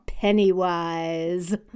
Pennywise